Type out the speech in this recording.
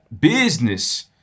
business